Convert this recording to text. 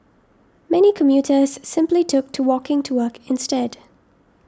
many commuters simply took to walking to work instead